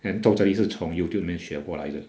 and totally 是从 youtube 哪边学过来的